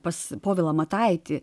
pas povilą mataitį